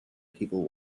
people